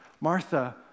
Martha